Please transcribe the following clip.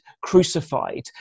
crucified